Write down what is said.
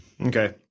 Okay